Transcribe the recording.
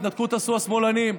את ההתנתקות עשו השמאלנים.